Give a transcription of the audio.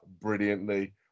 brilliantly